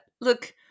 Look